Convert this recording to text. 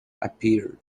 appeared